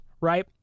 right